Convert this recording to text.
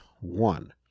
one